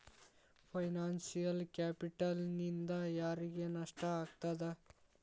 Financial ಕ್ಯಾಪಿಟಲ್ನಿಂದಾ ಯಾರಿಗ್ ನಷ್ಟ ಆಗ್ತದ?